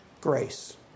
grace